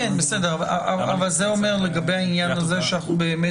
אבל זה אומר לגבי העניין הזה שאנחנו באמת